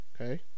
Okay